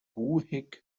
ruhig